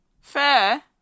Fair